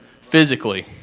physically